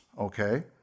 okay